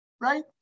Right